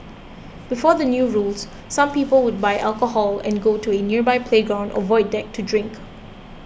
before the new rules some people would buy alcohol and go to a nearby playground or void deck to drink